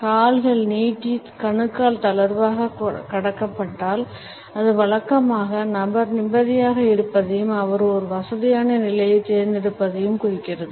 கால்கள் நீட்டி கணுக்கால் தளர்வாகக் கடக்கப்பட்டால் அது வழக்கமாக நபர் நிம்மதியாக இருப்பதையும் அவர் ஒரு வசதியான நிலையைத் தேர்ந்தெடுப்பதையும் குறிக்கிறது